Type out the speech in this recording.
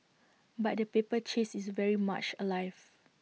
but the paper chase is very much alive